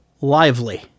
lively